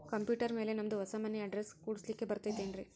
Computer ಮ್ಯಾಲೆ ನಮ್ದು ಹೊಸಾ ಮನಿ ಅಡ್ರೆಸ್ ಕುಡ್ಸ್ಲಿಕ್ಕೆ ಬರತೈತ್ರಿ?